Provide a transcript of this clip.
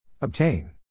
Obtain